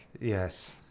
Yes